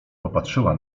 popatrzyła